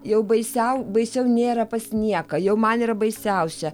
jau baisiau baisiau nėra pas nieką jau man yra baisiausia